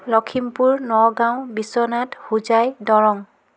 Lakhimpur Nagaon Biswanath Hojai Darrang